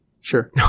Sure